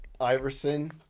Iverson